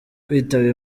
kwitaba